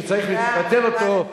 שצריך לבטל אותו,